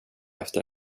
efter